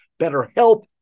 BetterHelp